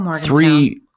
three-